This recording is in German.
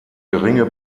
geringe